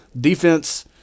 defense